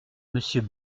monsieur